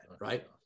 right